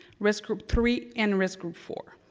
risk group three and risk group four.